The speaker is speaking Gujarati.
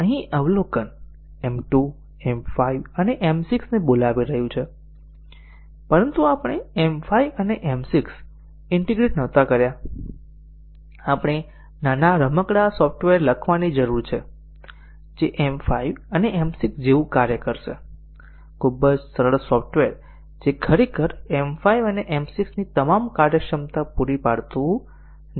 કારણ કે અહીં અવલોકન M 2 M 5 અને M 6 ને બોલાવી રહ્યું છે પરંતુ આપણે M 5 અને M 6 ઈન્ટીગ્રેટ નહોતા આપણે નાના રમકડા સોફ્ટવેર લખવાની જરૂર છે જે M 5 અને M 6 જેવું કાર્ય કરશે ખૂબ જ સરળ સોફ્ટવેર જે ખરેખર M5 અને M 6ની તમામ કાર્યક્ષમતા પૂરી પાડતું નથી